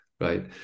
right